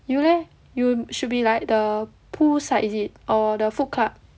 you leh you should be like the poolside is it or the food club